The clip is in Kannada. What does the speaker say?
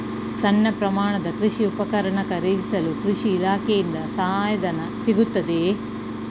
ಸಣ್ಣ ಪ್ರಮಾಣದ ಕೃಷಿ ಉಪಕರಣ ಖರೀದಿಸಲು ಕೃಷಿ ಇಲಾಖೆಯಿಂದ ಸಹಾಯಧನ ಸಿಗುತ್ತದೆಯೇ?